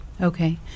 Okay